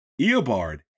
Eobard